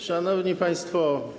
Szanowni Państwo!